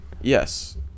yes